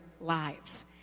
lives